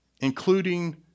including